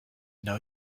know